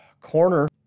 Corner